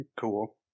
cool